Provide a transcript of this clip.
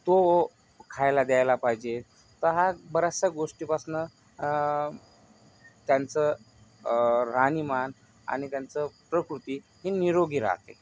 तो खायला द्यायला पाहिजे तर हा बऱ्याचशा गोष्टीपासनं त्यांचं राहणीमान आणि त्यांचं प्रकृती हे निरोगी राहते